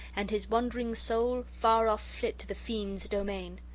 and his wandering soul far off flit to the fiends' domain.